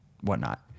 whatnot